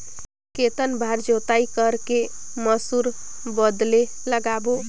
कितन बार जोताई कर के मसूर बदले लगाबो?